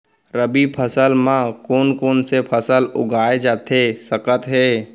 रबि फसल म कोन कोन से फसल उगाए जाथे सकत हे?